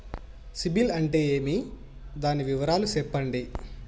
సిబిల్ అంటే ఏమి? దాని వివరాలు సెప్పండి?